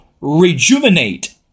rejuvenate